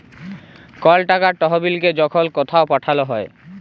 call টাকার তহবিলকে যখল কথাও পাঠাল হ্যয়